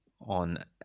on